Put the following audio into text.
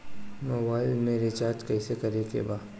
Mobile में recharge कइसे करे के बा?